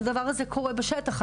אם הדבר הזה קורה בשטח.